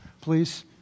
please